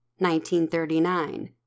1939